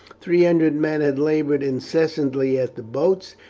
three hundred men had laboured incessantly at the boats,